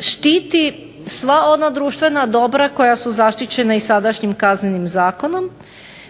štiti sva ona društvena dobra koja su zaštićena i sadašnjim Kaznenim zakonom,